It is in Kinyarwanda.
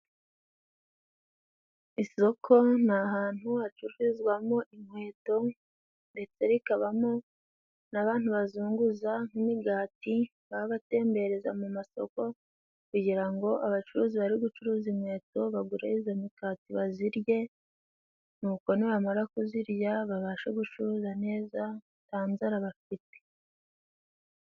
Isoko ni ahantu hacururizwamo inkweto, ndetse rikabamo n'abantu bazunguza nk'imigati. Baba batembereza mu masoko kugira ngo abacuruzi bari gucuruza inkweto bagure izo mikati bazirye, nuko nibamara kuzirya babashe gucuruza neza nta nzara bafite.